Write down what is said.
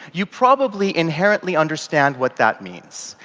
you probably inherently understand what that means.